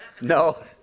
No